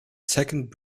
second